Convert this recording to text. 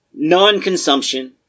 Non-consumption